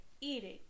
eating